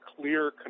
clear